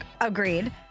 Agreed